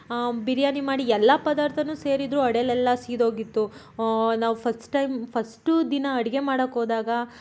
ಬಿರಿಯಾನಿ ಮಾಡಿ ಎಲ್ಲ ಪದಾರ್ಥನು ಸೇರಿದರೂ ಅಡಿಲೆಲ್ಲ ಸೀದ್ಹೋಗಿತ್ತು ನಾವು ಫಸ್ಟ್ ಟೈಮ್ ಫಸ್ಟು ದಿನ ಅಡುಗೆ ಮಾಡಕ್ಹೋದಾಗ